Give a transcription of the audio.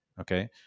Okay